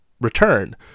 return